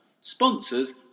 Sponsors